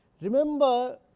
Remember